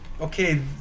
okay